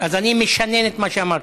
אז אני משנן את מה שאמרת.